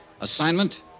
Assignment